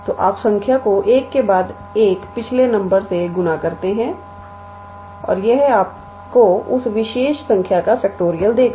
तो आप संख्या को एक के बाद एक पिछले नंबर से गुना करते है और यह आपको उस विशेष संख्या का फैक्टोरियल देगा